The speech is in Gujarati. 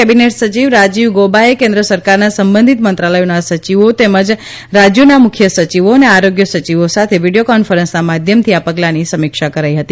કેબીનેટ સચિવ રાજીવ ગૌબાએ કેન્દ્ર સરકારના સંબંધિત મંત્રાલયોના સચિવો તેમજ રાજયોના મુખ્ય સચિવો અને આરોગ્ય સચિવો સાથે વિડીયો કોન્ફરન્સના માધ્યમથી આ પગલાંની સમીક્ષા કરી હતી